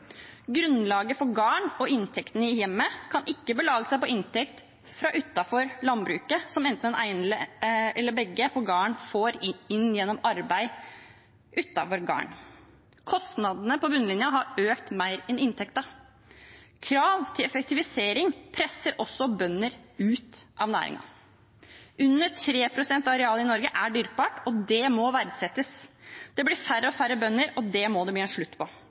Grunnlaget for gården og inntekten i hjemmet kan ikke belage seg på inntekt fra utenfor landbruket, som enten den ene eller begge på gården får inn gjennom arbeid utenfor gården. Kostnadene på bunnlinjen har økt mer enn inntekten. Krav til effektivisering presser også bønder ut av næringen. Under 3 pst. av arealet i Norge er dyrkbart, og det må verdsettes. Det blir færre og færre bønder, og det må det bli en slutt på.